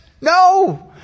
No